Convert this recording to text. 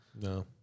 No